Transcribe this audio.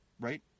right